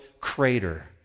crater